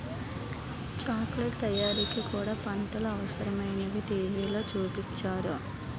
చాకిలెట్లు తయారీకి కూడా పంటలు అవసరమేనని టీ.వి లో చూపించారురా